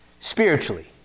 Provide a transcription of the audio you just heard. Spiritually